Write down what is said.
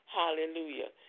hallelujah